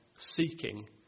seeking